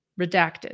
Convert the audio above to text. redacted